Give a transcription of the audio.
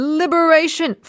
liberation